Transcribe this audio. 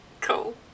Cool